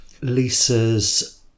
Lisa's